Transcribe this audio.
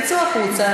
תצאו החוצה,